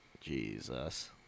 Jesus